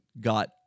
got